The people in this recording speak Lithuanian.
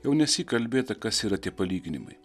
jau nesyk kalbėta kas yra tie palyginimai